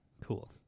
Cool